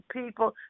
people